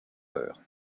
heures